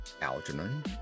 Algernon